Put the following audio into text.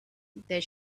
that